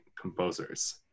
composers